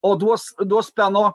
o duos duos peno